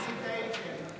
אני טעיתי.